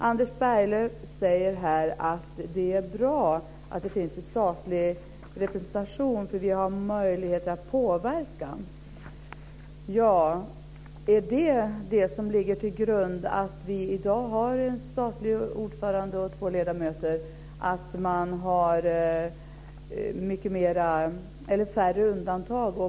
Anders Berglöv säger att det är bra med statlig representation, för vi har möjligheter att påverka. I dag representerar en ordförande och två ledamöter staten. Är det vad som ligger till grund för att man har färre undantag?